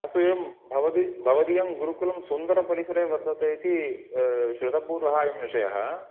अस्तु एवं भवति भवदीयं गुरुकुलं सुन्दरपरिसरे वर्तते इति श्रुतपूर्वः एवं विषयः